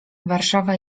warszawa